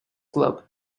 club